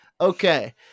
okay